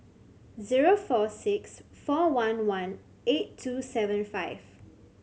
zero four six four one one eight two seven five